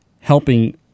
helping